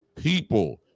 people